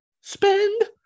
spend